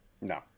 No